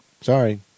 Sorry